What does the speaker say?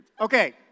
okay